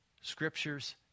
scriptures